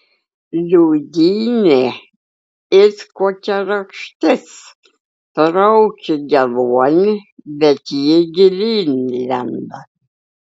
liūdynė it kokia rakštis trauki geluonį bet ji gilyn lenda